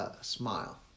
smile